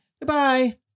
Goodbye